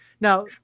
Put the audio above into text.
Now